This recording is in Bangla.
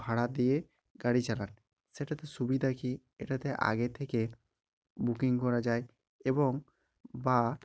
ভাড়া দিয়ে গাড়ি চালান সেটাতে সুবিধা কী এটাতে আগে থেকে বুকিং করা যায় এবং বা